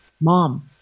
mom